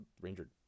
Ranger